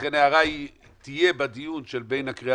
לכן להערה תהיה משמעות בדיון שלאחר הקריאה